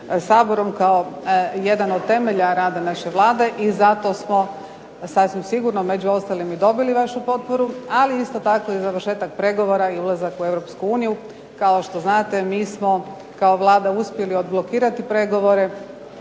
saborom kao jedan od temelja rada naše Vlade i zato smo sasvim sigurno među ostalim i dobili vašu potporu, ali isto tako i završetak pregovora i ulazak u Europsku uniju. Kao što znate, mi smo kao Vlada uspjeli odblokirati pregovore,